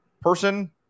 person